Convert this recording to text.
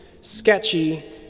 sketchy